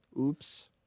Oops